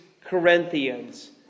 Corinthians